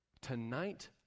Tonight